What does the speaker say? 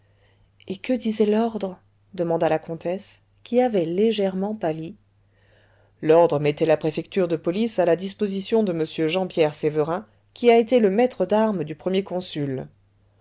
et que disait l'ordre demanda la comtesse qui avait légèrement pâli l'ordre mettait la préfecture de police à la disposition de m jean pierre sévérin qui a été le maître d'armes du premier consul